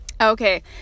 Okay